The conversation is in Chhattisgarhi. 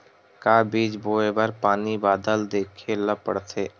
का बीज बोय बर पानी बादल देखेला पड़थे?